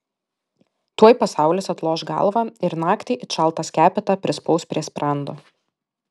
tuoj pasaulis atloš galvą ir naktį it šaltą skepetą prispaus prie sprando